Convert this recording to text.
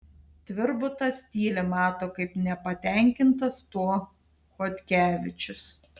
tvirbutas tyli mato kaip nepatenkintas tuo chodkevičius